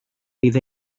fydd